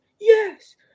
Yes